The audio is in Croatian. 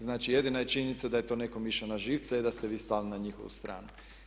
Znači, jedina je činjenica da je to nekom išlo na živce i da ste vi stali na njihovu stranu.